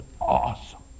awesome